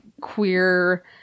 queer